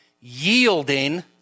yielding